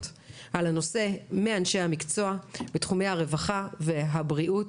על הנושא מאנשים המקצוע בתחומי הרווחה והבריאות.